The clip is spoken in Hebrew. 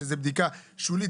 שזאת בדיקה שולית,